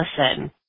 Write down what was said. listen